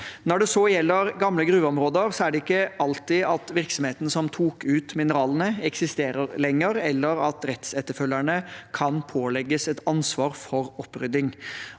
Når det så gjelder gamle gruveområder, er det ikke alltid at virksomheten som tok ut mineralene, eksisterer lenger, eller at rettsetterfølgerne kan pålegges et ansvar for opprydding.